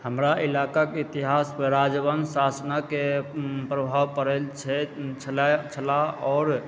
हमरा इलाकाके इतिहास राजवंश शासनक प्रभाव पड़ल छै आओर